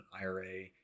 IRA